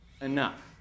enough